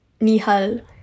Nihal